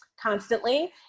constantly